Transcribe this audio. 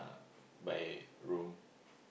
by room